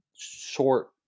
short